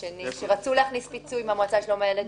רצו להכניס פיצוי במועצה לשלום הילד,